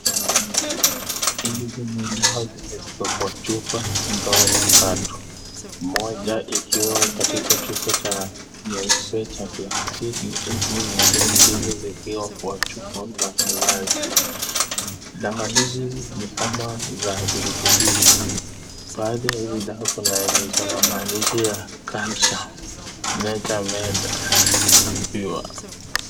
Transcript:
Hizi ni dawa zenye ziko kwa chupa ya ndogo tatu, moja ikiwa katika chupa cha nyeupe cha plastiki huku zingine mbili zikiwa kwa chupa za glasi. Dawa hizi ni kama za kirutubishi, baadhi ya hizi dawa kuna yenye iko na maandishi ya calcium made pure .